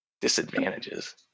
disadvantages